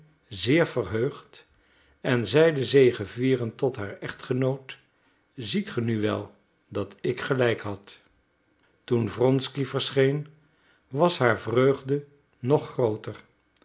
zeer verheugd en zeide zegevierend tot haar echtgenoot ziet ge nu wel dat ik gelijk had toen wronsky verscheen was haar vreugde nog grooter